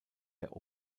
der